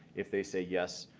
if they say yes,